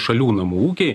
šalių namų ūkiai